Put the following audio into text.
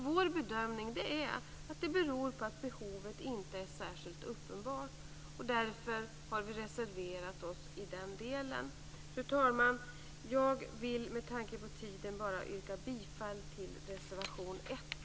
Vår bedömning är att det beror på att behovet inte är särskilt uppenbart. Därför har vi reserverat oss i den delen. Fru talman! Jag vill med tanke på tiden yrka bifall bara till reservation 1.